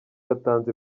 yatanze